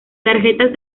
tarjetas